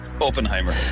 Oppenheimer